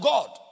God